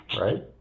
right